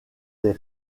des